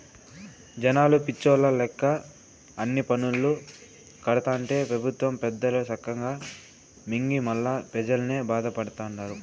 జనాలు పిచ్చోల్ల లెక్క అన్ని పన్నులూ కడతాంటే పెబుత్వ పెద్దలు సక్కగా మింగి మల్లా పెజల్నే బాధతండారు